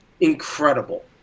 incredible